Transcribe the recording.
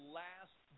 last